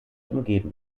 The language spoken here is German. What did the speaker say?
umgeben